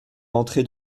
rentré